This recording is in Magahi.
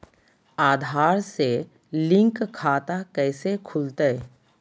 आधार से लिंक खाता कैसे खुलते?